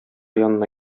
янына